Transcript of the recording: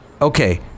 Okay